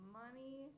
money